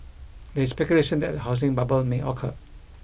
there is speculation that a housing bubble may occur